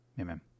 Amen